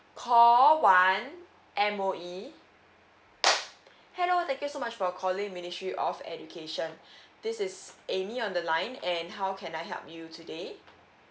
call one M_O_E hello thank you so much for calling ministry of education this is amy on the line and how can I help you today